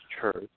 church